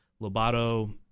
Lobato